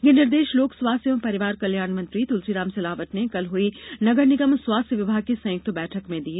ये निर्देश लोक स्वास्थ्य एवं परिवार कल्याण मंत्री तुलसीराम सिलावट ने कल हुई नगर निगम और स्वास्थ्य विभाग की संयुक्त बैठक में दिए